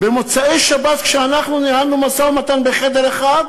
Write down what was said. במוצאי שבת, כשאנחנו ניהלנו משא-ומתן בחדר אחד,